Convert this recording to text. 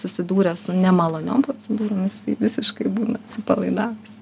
susidūręs su nemaloniom procedūrom jisai visiškai būna atsipalaidavęs